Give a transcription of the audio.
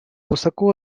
высоко